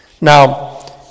Now